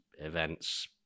events